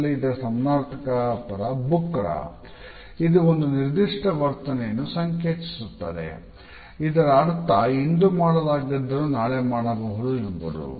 ಇದು ಒಂದು ನಿರ್ದಿಷ್ಟ ವರ್ತನೆಯನ್ನು ಸಂಕೇತಿಸುತ್ತದೆ ಇದರರ್ಥ ಇಂದು ಮಾಡಲಾಗದ್ದನ್ನು ನಾಳೆ ಮಾಡಬಹುದು ಎಂಬುದು